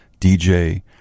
DJ